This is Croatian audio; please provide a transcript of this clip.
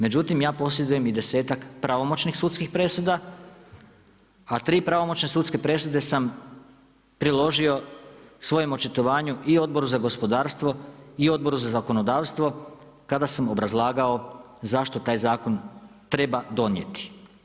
Međutim, ja posjedujem i desetak pravomoćnih sudskih presuda a tri pravomoćne sudske presude sam priložio svojem očitovanju i Odboru za gospodarstvo i Odboru za zakonodavstvo kada sam obrazlagao zašto taj zakon treba donijeti.